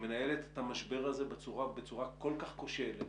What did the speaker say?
שמנהלת את המשבר הזה בצורה כל כך כושלת,